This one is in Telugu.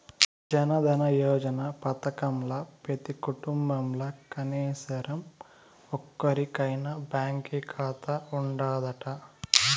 జనదన యోజన పదకంల పెతీ కుటుంబంల కనీసరం ఒక్కోరికైనా బాంకీ కాతా ఉండాదట